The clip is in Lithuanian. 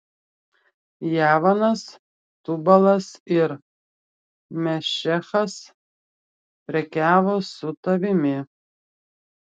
javanas tubalas ir mešechas prekiavo su tavimi